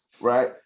right